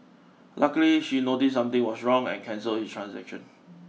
luckily she noticed something was wrong and cancelled his transaction